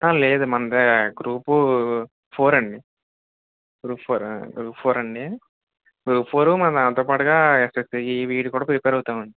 అహ లేదు మంది గ్రూపు ఫోర్ అండి గ్రూప్ ఫోర్ గ్రూపు ఫోర్ అండి గ్రూపు ఫోర్ మళ్ళా దానితో పాటుగా ఎస్ఎస్సి వీటికి కూడా ప్రిపేర్ అవుతాం అండి